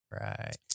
Right